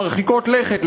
מרחיקות לכת,